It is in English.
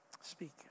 Speak